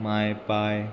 माय पाय